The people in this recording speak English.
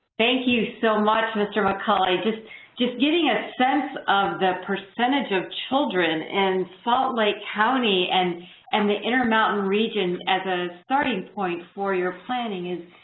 thank you so much, mr. mcculley. just just getting a sense of the percentage of children in salt lake county and and the intermountain region as a starting point for your planning is